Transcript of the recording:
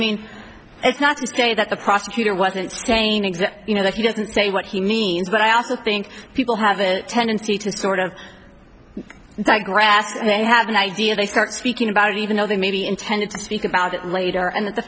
mean it's not to say that the prosecutor wasn't staying exact you know that he doesn't say what he means but i also think people have a tendency to sort of i grasp and they have an idea they start speaking about it even though they may be intended to speak about it later and the